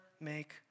make